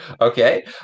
okay